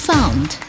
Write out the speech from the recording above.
Found